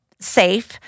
safe